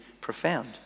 profound